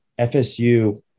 FSU